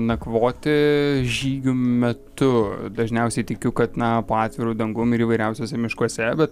nakvoti žygių me tu dažniausiai tikiu kad na po atviru dangum ir įvairiausiuose miškuose bet